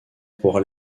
pourra